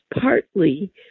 partly